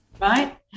right